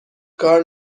کار